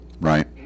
right